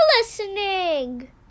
listening